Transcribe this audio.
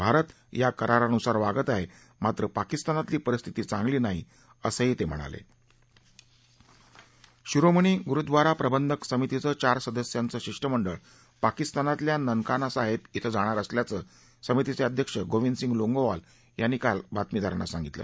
भारत या करारानुसार वागत आहा ज्ञात्र पाकिस्तानातली परिस्थिती चांगली नाही असं तत्त म्हणाल शिरोमणी गुरुद्वारा प्रबंधक समितीचं चार सदस्यांचं शिष्टमंडळ पाकिस्तानातल्या ननकाना साहक्तइथं जाणार असल्याचं समितीच अध्यक्ष गोविंद सिंग लोंगोवाल यांनी काल बातमीदारांना सांगितलं